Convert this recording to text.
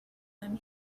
then